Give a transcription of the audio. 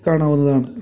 കാണാവുന്നതാണ്